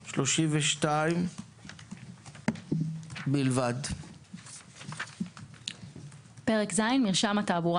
32. מרשם התעבורה